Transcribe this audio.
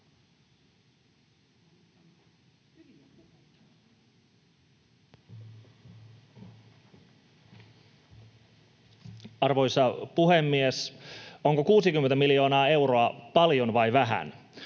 Arvoisa puhemies! Onko 60 miljoonaa euroa paljon vai vähän?